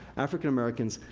african americans,